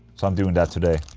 so i'm doing that today